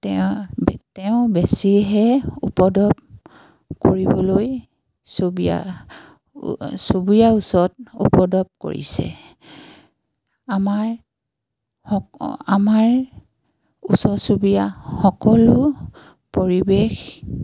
তেওঁ তেওঁ বেছিহে উপদ্ৰৱ কৰিবলৈ চুবুৰীয়া চুবুৰীয়া ওচৰত উপদ্ৰৱ কৰিছে আমাৰ আমাৰ ওচৰ চুবুৰীয়া সকলো পৰিৱেশ